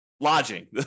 Lodging